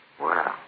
Wow